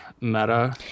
meta